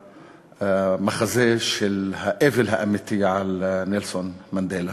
המחזה של האבל האמיתי על נלסון מנדלה.